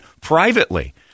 privately